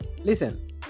listen